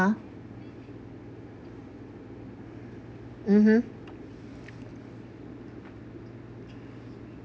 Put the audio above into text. mmhmm